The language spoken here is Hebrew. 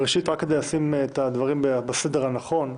ראשית, רק כדי לשים את הדברים בסדר הנכון: